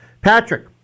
Patrick